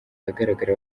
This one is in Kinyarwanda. ahagaragara